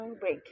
break